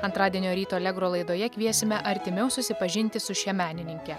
antradienio ryto allegro laidoje kviesime artimiau susipažinti su šia menininke